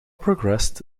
progressed